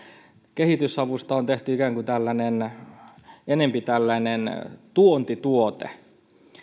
kehitysavusta on tehty ikään kuin enempi tällainen tuontituote